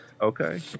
Okay